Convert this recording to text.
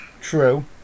True